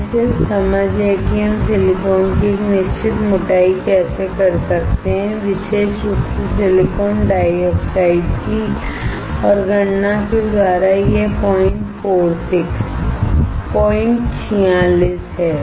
यह सिर्फ समझ है कि हम सिलिकॉन की एक निश्चित मोटाई कैसे कर सकते हैं विशेष रूप से सिलिकॉन डाइऑक्साइड की और गणना के द्वारा यह 046 है